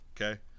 okay